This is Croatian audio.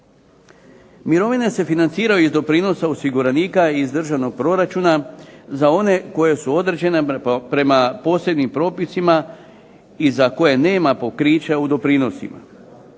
Mirovine se financiraju iz doprinosa osiguranika iz državnog proračuna za one koje su određene prema posebnim propisima i za koje nema pokriće u doprinosima.